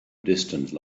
distance